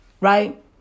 Right